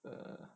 oh